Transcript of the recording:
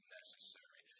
necessary